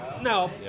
No